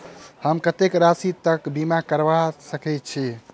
हम कत्तेक राशि तकक बीमा करबा सकै छी?